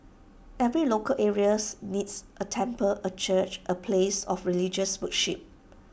every local areas needs A temple A church A place of religious worship